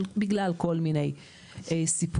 בגלל כל מיני סיפורים.